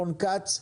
רון כץ,